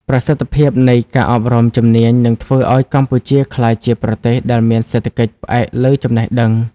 ប្រសិទ្ធភាពនៃការអប់រំជំនាញនឹងធ្វើឱ្យកម្ពុជាក្លាយជាប្រទេសដែលមានសេដ្ឋកិច្ចផ្អែកលើចំណេះដឹង។